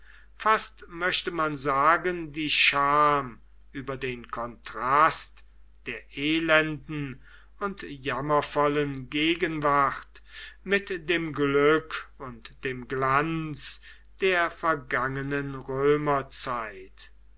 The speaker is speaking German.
fast möchte man sagen die scham über den kontrast der elenden und jammervollen gegenwart mit dem glück und dem glanz der vergangenen